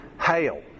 hail